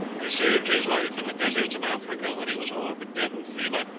i saved his life in the deserts of africa when he was all but dead with fever,